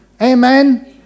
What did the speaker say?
amen